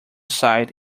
sight